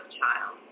child